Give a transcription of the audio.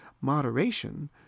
moderation